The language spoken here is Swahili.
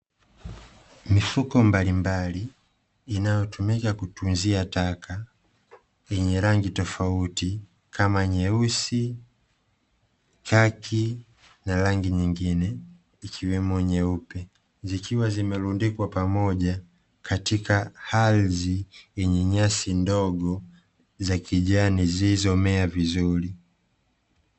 Mifuko mbalimbali inayotumika ya kutunzia taka yenye rangi tofauti kama nyeusi, kaki na rangi nyingine ikiwemo nyeupe zikiwa zimerundikwa pamoja katika ardhi yenye nyasi ndogo za kijani zilizomea vizuri.